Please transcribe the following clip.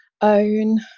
own